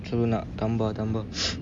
so nak tambah-tambah